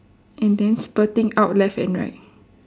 and then spurting out left and right